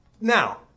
Now